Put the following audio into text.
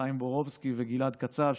חיים בורובסקי וגלעד קצב,